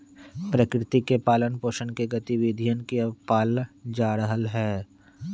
प्रकृति के पालन पोसन के गतिविधियन के अब पाल्ल जा रहले है